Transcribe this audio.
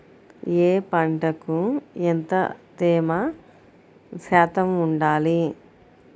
ఏ పంటకు ఎంత తేమ శాతం ఉండాలి?